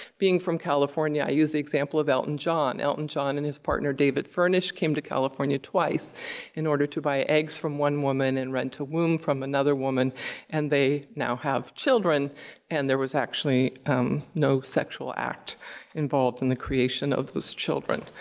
being from california, i use the example of elton john. elton john and his partner, david furnish, came to california twice in order to buy eggs from one woman and rent a womb from another woman and they now have children and there was actually no sexual act involved in the creation of those children.